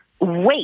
wait